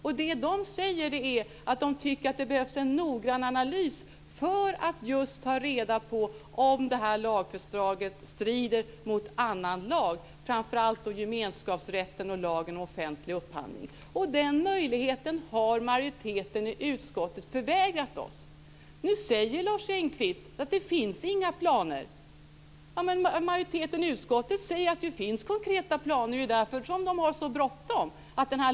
Lagrådet säger att det behövs en noggrann analys för att undersöka om lagförslaget strider mot annan lag, framför allt mot gemenskapsrätten och lagen om offentlig upphandling. Den möjligheten har majoriteten i utskottet förvägrat oss. Nu säger Lars Engqvist att det inte finns några planer. Men majoriteten i utskottet säger att det finns konkreta planer. Det är ju därför som det är så bråttom.